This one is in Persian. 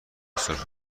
سرفه